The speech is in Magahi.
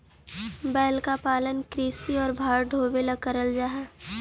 बैल का पालन कृषि और भार ढोवे ला करल जा ही